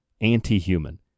Anti-human